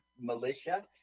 militia